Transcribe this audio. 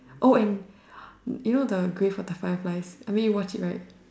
oh and you know the Grave of the Fireflies I mean you watch it right